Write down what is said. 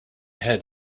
haired